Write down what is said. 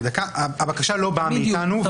הבקשה לא באה מאיתנו,